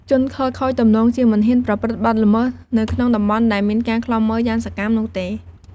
ជនខិលខូចទំនងជាមិនហ៊ានប្រព្រឹត្តបទល្មើសនៅក្នុងតំបន់ដែលមានការឃ្លាំមើលយ៉ាងសកម្មនោះទេ។